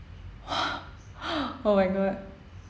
oh my god